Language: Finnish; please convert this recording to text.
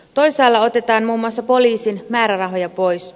toisaalla otetaan muun muassa poliisin määrärahoja pois